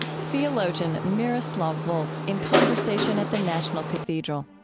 theologian miroslav volf in conversation at the national cathedral.